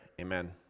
Amen